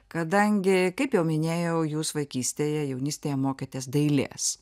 kadangi kaip jau minėjau jūs vaikystėje jaunystėje mokėtės dailės